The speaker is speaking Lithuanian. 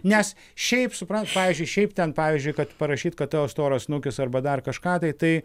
nes šiaip suprantat pavyzdžiui šiaip ten pavyzdžiui kad parašyt kad tavo storas snukis arba dar kažką tai tai